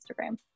Instagram